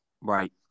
Right